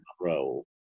role